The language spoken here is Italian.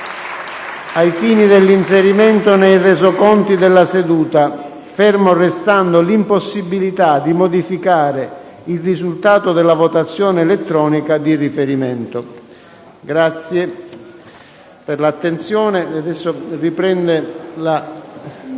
ai fini dell’inserimento nel Resoconto della seduta, ferma restando l’impossibilita` di modificare il risultato della votazione elettronica di riferimento.